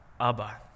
Abba